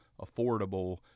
affordable